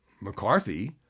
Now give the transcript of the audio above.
McCarthy